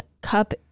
cup